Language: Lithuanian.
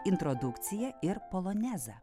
introdukcija ir polonezą